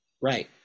right